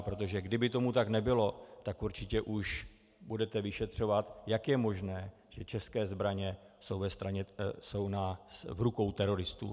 Protože kdyby tomu tak nebylo, tak určitě už budete vyšetřovat, jak je možné, že české zbraně jsou v rukou teroristů.